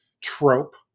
trope